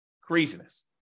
Craziness